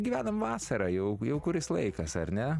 gyvenam vasarą jau jau kuris laikas ar ne